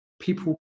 people